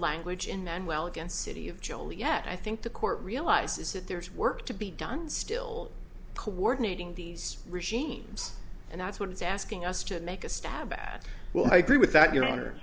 language and then well against city of joliet i think the court realizes that there is work to be done still coordinating these regimes and that's what it's asking us to make a stab at will i agree with that you